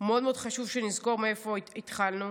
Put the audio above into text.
מאוד מאוד חשוב שנזכור מאיפה התחלנו.